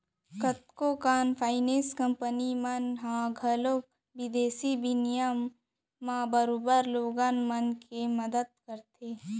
कतको कन finance company मन ह घलौक बिदेसी बिनिमय म बरोबर लोगन मन के मदत करथे